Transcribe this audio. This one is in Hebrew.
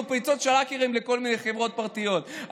פריצות של האקרים לכל מיני חברות פרטיות.